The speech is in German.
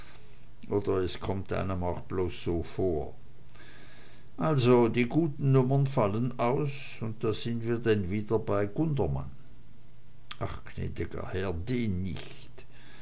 oder es kommt einem auch bloß so vor also die guten nummern fallen aus und da sind wir denn wieder bei gundermann ach gnäd'ger herr